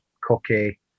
cookie